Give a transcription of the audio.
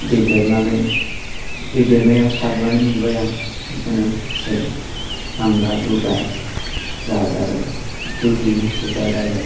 दै देरनानै दै देरनायाव सारनानै मोनबाय आं बेखौनो एसे आंदा दुगा जाबाय आरो दुगि दुगा जाबाय